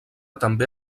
també